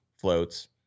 floats